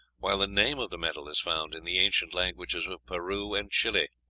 while the name of the metal is found in the ancient languages of peru and chili,